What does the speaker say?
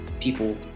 people